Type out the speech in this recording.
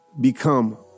become